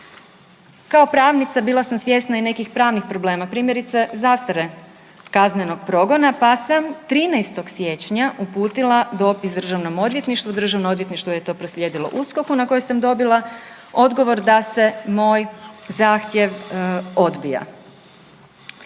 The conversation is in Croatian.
Kao pravnica bila sam svjesna i nekih pravnih problema. Primjerice zastare kaznenog progona, pa sam 13. siječnja uputila dopis Državnom odvjetništvu, Državno odvjetništvo je to proslijedilo USKOK-u na koje sam dobila odgovor da se moj zahtjev odbija.